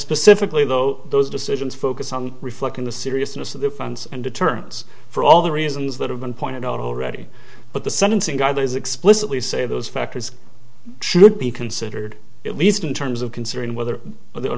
specifically though those decisions focus on reflecting the seriousness of the funds and determines for all the reasons that have been pointed out already but the sentencing guidelines explicitly say those factors should be considered at least in terms of considering whether the